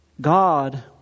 God